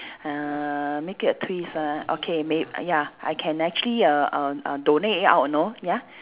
uh make it a twist ah okay may~ ya I can actually err err err donate it out you know ya